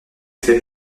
fait